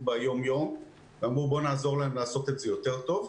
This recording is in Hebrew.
ביום-יום ואמרו: בואו נעזור להם לעשות את זה יותר טוב.